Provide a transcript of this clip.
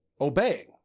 obeying